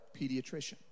pediatrician